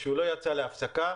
שהוא לא יצא להפסקה,